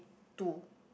two